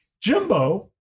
Jimbo